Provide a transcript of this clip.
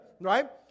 right